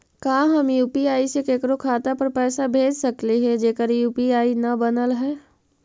का हम यु.पी.आई से केकरो खाता पर पैसा भेज सकली हे जेकर यु.पी.आई न बनल है?